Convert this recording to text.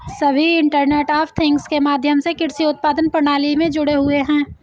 सभी internet of things के माध्यम से कृषि उत्पादन प्रणाली में जुड़े हुए हैं